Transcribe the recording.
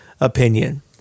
opinion